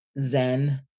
zen